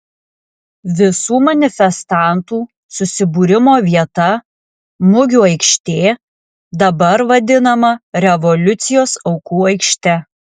visų manifestantų susibūrimo vieta mugių aikštė dabar vadinama revoliucijos aukų aikšte